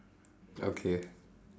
okay